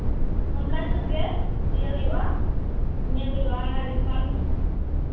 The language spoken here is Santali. ᱚᱱᱠᱟ ᱦᱤᱥᱟᱹᱵ ᱜᱮ ᱤᱭᱟᱹ ᱦᱩᱭᱩᱜᱼᱟ ᱧᱮᱞ ᱦᱩᱭᱩᱜᱼᱟ ᱚᱱᱟ ᱰᱤᱥᱠᱟᱣᱩᱱᱴ